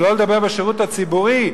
שלא לדבר בשירות הציבורי,